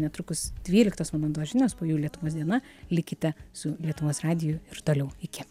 netrukus dvyliktos valandos žinios po jų lietuvos diena likite su lietuvos radiju ir toliau iki